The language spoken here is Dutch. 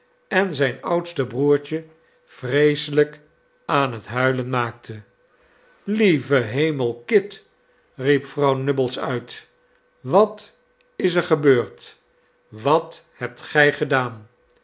en zijn oudste broertje vreeselijk aan het huilen maakte lieve hemel kit riep vrouw nubbles uit wat is er gebeurd wat hebt gij gedaan